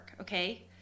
okay